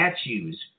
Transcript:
statues